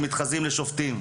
שמתחזים לשופטים,